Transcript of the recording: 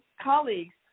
colleagues